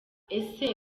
ese